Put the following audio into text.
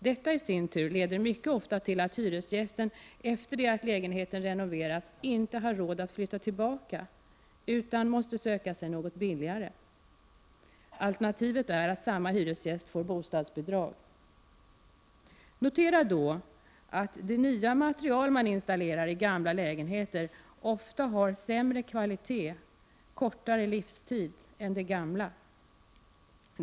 Detta leder i sin tur mycket ofta till att hyresgästen efter det att lägenheten renoverats, inte har råd att flytta tillbaka utan måste söka sig något billigare. Alternativet är att samma hyresgäst får bostadsbidrag. Notera då att de nya material man installerar i gamla lägenheter ofta har sämre kvalitet och kortare livstid än de gamla.